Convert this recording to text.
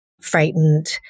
frightened